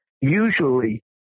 usually